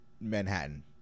Manhattan